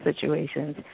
situations